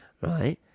right